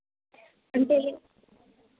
అంటే